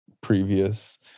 previous